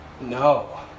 No